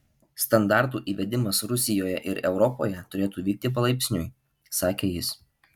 standartų įvedimas rusijoje ir europoje turėtų vykti palaipsniui sakė jis